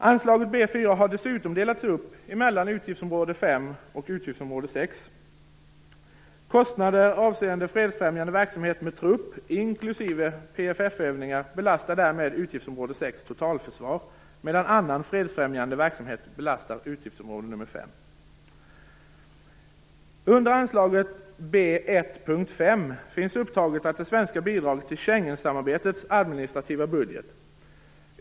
Anslaget B 4 har dessutom delats upp mellan utgiftsområde 5 och 6. Kostnader avseende fredsfrämjande verksamhet med trupp, inklusive PFF-övningar, belastar därmed utgiftsområde 6 Totalförsvar, medan annan fredsfrämjande verksamhet belastar utgiftsområde 5. Under anslaget B1.5 finns upptaget det svenska bidraget till Schengensamarbetets administrativa budget.